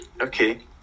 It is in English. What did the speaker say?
Okay